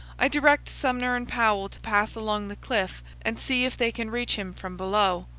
i direct sumner and powell to pass along the cliff and see if they can reach him from below.